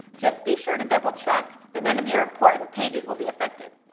just be sure to double-check that none of your important pages will be affected.